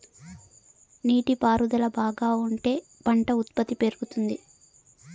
నీటి పారుదల బాగా ఉంటే పంట ఉత్పత్తి పెరుగుతుంది